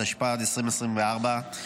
התשפ"ד 2024,